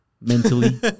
mentally